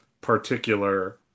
particular